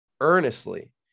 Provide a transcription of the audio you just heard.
earnestly